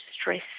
stress